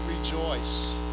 rejoice